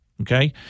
Okay